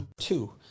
two